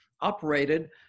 operated